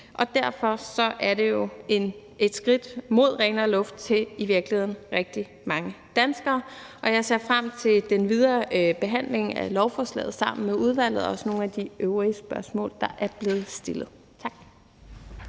Derfor er det jo et skridt hen mod renere luft til i virkeligheden rigtig mange danskere. Jeg ser frem til den videre behandling af lovforslaget i udvalget og også til behandlingen af nogle af de øvrige spørgsmål, der er blevet stillet. Tak.